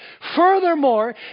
Furthermore